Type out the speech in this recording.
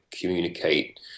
communicate